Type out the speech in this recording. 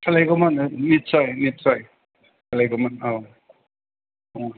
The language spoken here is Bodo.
सोलायगौमोन निथसय निथसय सोलायगौमोन औ